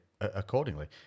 accordingly